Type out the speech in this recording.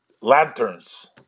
lanterns